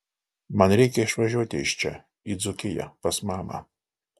man reikia išvažiuoti iš čia į dzūkiją pas mamą